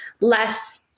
less